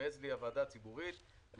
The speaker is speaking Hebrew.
ועדה ציבורית שמייעצת לי,